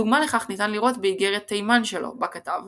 דוגמה לכך ניתן לראות באיגרת תימן שלו, שבה כתב